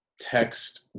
text